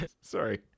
sorry